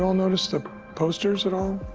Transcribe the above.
all notice the posters at all?